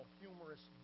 humorous